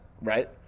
right